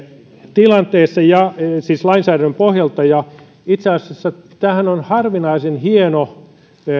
tilanteessa siis lainsäädännön pohjalta itse asiassa tämähän on harvinaisen hieno